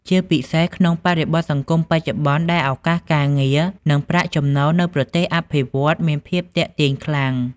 ជាពិសេសក្នុងបរិបទសង្គមបច្ចុប្បន្នដែលឱកាសការងារ និងប្រាក់ចំណូលនៅប្រទេសអភិវឌ្ឍន៍មានភាពទាក់ទាញខ្លាំង។